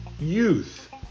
youth